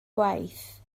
gwaith